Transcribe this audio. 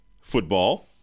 football